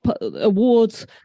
awards